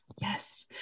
yes